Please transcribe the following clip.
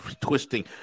twisting